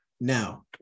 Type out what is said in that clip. now